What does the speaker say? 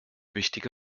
wichtige